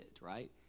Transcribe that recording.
right